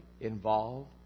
involved